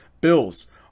bills